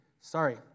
sorry